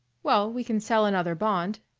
well, we can sell another bond.